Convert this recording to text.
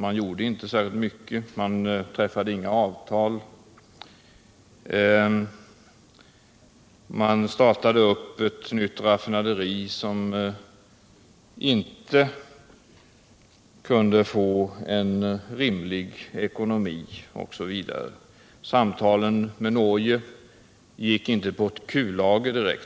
Man gjorde inte särskilt mycket; man träffade inga avtal. Man startade ett nytt raffinaderi, som inte kunde få en rimlig ekonomi. Samtalen med Norge gick inte direkt på kullager.